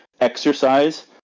exercise